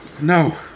No